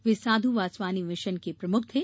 वे Sadhu Vaswani mission के प्रमुख थे